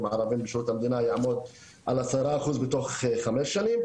ערבים בשירות המדינה יעמוד על 10% בתוך 5 שנים,